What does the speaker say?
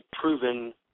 proven